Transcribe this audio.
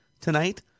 tonight